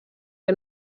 que